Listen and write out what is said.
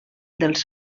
dels